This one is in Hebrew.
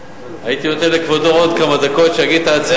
הייתי נותן לכבודו עוד כמה דקות שיגיד את ההצעה.